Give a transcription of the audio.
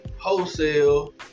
wholesale